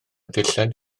dillad